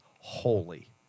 holy